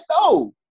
no